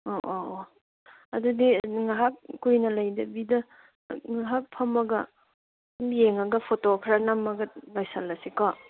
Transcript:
ꯑꯣ ꯑꯣ ꯑꯣ ꯑꯗꯨꯗꯤ ꯉꯥꯏꯍꯥꯛ ꯀꯨꯏꯅ ꯂꯩꯗꯕꯤꯗ ꯉꯥꯏꯍꯥꯛ ꯐꯝꯃꯒ ꯁꯨꯝ ꯌꯦꯡꯂꯒ ꯐꯣꯇꯣ ꯈꯔ ꯅꯝꯂꯒ ꯂꯣꯏꯁꯜꯂꯁꯤꯀꯣ